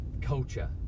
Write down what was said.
culture